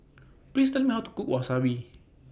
Please Tell Me How to Cook Wasabi